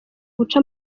guca